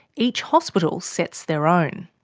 each hospital sets their own.